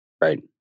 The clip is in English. right